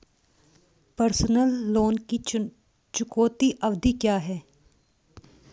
Personal loan की चुकौती अवधि क्या है?